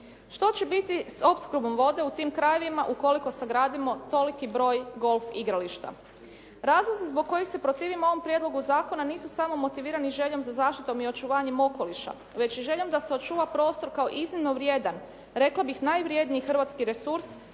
Što će biti s opskrbom vode u tim krajevima ukoliko sagradimo toliki broj golf igrališta? Razlozi zbog kojeg se protivim ovom prijedlogu zakona nisu samo motivirani željom za zaštitom i očuvanjem okoliša, već i željom da se očuva prostor kao iznimno vrijedan, rekla bih najvredniji hrvatski resurs,